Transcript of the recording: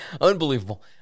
Unbelievable